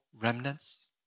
remnants